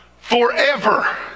Forever